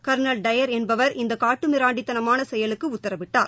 colonel Dyer என்பவன் இந்தகாட்டுமிராண்டித்தனமானசெயலுக்குஉத்தரவிட்டார்